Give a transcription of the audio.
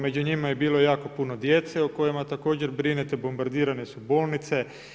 Među njima je bilo jako puno djece o kojima također brinete, bombardirane su bolnice.